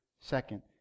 second